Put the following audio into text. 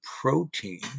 protein